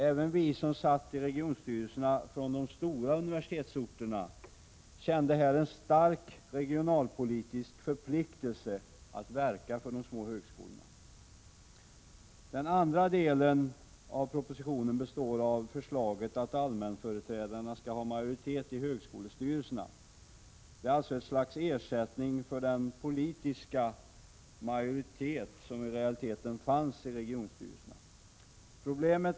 Även vi som satt i regionstyrelserna på de stora universitetsorterna kände en stark regionalpolitisk förpliktelse att verka för de små högskolorna. I den andra delen av propositionen finns förslaget att allmänföreträdarna skall ha majoritet i högskolestyrelserna. Det är alltså ett slags ersättning för den politiska majoritet som i realiteten fanns i regionstyrelserna.